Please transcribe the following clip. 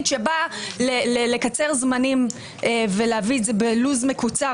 שבאה לקצר זמנים ולהביא את זה בלוח זמנים מקוצר